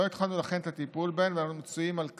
לכן לא התחלנו את הטיפול בהן, ואנו מצירים על כך.